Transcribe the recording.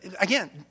again